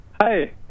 Hi